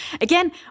again